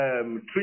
Treatment